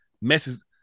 messes